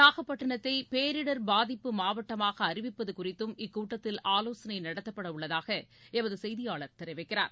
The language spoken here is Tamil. நாகப்பட்டிணத்தை பேரிடர் பாதிப்பு மாவட்டமாக அறிவிப்பது குறித்தும் இக்கூட்டத்தில் ஆலோசனை நடத்தப்படவுள்ளதாக எமது செய்தியாளர் தெரிவிக்கிறார்